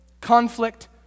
conflict